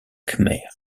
khmer